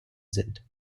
sind